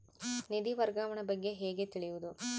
ನಿಧಿ ವರ್ಗಾವಣೆ ಬಗ್ಗೆ ಹೇಗೆ ತಿಳಿಯುವುದು?